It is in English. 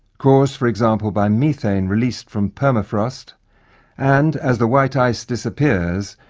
caused for example by methane release from permafrost and, as the white ice disappears,